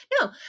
no